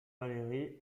valéry